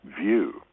view